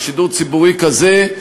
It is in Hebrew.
ושידור ציבורי כזה,